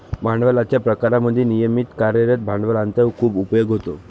भांडवलाच्या प्रकारांमध्ये नियमित कार्यरत भांडवलाचा खूप उपयोग होतो